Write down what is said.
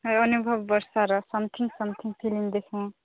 ହେ ଅନୁଭବ ବର୍ଷାର something something film ଦେଖିବୁ